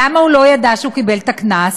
למה הוא לא ידע שהוא קיבל את הקנס?